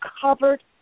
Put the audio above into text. covered